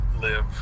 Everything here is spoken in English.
live